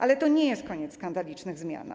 Ale to nie jest koniec skandalicznych zmian.